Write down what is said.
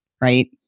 right